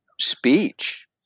speech